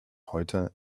heute